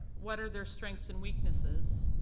what are their strengths and weaknesses?